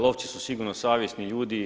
Lovci su sigurno savjesni ljudi.